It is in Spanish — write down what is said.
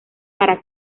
para